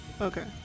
Okay